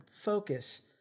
focus